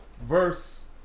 Verse